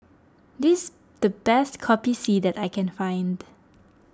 this the best Kopi C that I can find